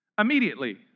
Immediately